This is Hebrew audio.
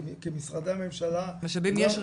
כי משרדי הממשלה --- משאבים יש,